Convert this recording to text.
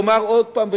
לומר עוד הפעם,